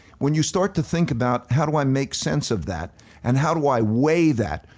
when you start to think about how do i make sense of that and how do i weigh that,